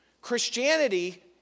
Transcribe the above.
Christianity